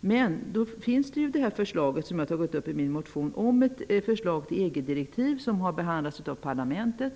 Men jag tog upp ett förslag i min motion om ett EG-direktiv som har behandlats av parlamentet